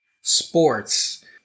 sports